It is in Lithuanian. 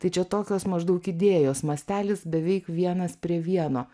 tai čia tokios maždaug idėjos mastelis beveik vienas prie vieno